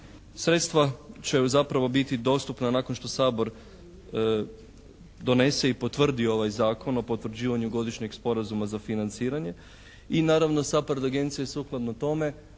Sredstva će zapravo biti dostupna nakon što Sabor donese i potvrdio ovaj zakon o potvrđivanju godišnjeg sporazuma za financiranje i naravno SAPARD agencija je sukladno tome